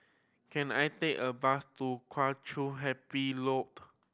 can I take a bus to Kheng Chiu Happy Lodge